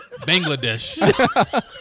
Bangladesh